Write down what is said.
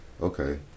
okay